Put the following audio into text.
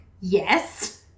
Yes